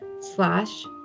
slash